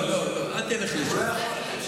לא, אל תלך לשם.